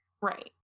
right